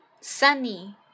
sunny